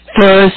first